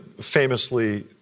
famously